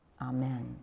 Amen